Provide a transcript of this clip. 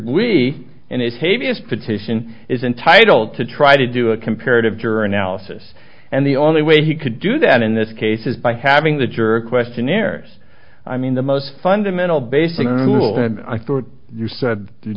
asportation is entitled to try to do a comparative juror analysis and the only way he could do that in this case is by having the jury questionnaires i mean the most fundamental basic rule and i thought you said you